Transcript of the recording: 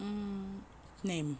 mm name